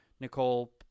Nicole